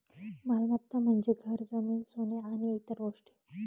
मालमत्ता म्हणजे घर, जमीन, सोने आणि इतर गोष्टी